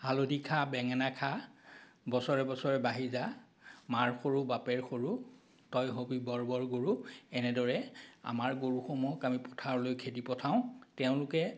হালধি খা বেঙেনা খা বছৰে বছৰে বাঢ়ি যা মাৰ সৰু বাপেৰ সৰু তই হ'বি বৰ বৰ গৰু এনেদৰে আমাৰ গৰুসমূহক আমি পথাৰলৈ খেদি পঠাওঁ তেওঁলোকে